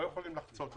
לא יכולים לחצות אותו.